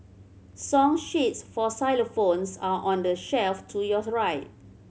song sheets for xylophones are on the shelf to yours right